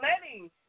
letting